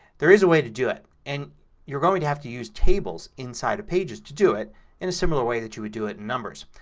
there is a way to do it. and you're going to have to use tables inside of pages to do it in a similar way that you would do it in numbers.